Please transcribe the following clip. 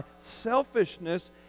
selfishness